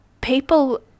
people